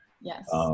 Yes